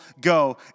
go